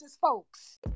folks